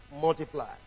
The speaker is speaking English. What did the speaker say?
multiply